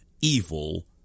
evil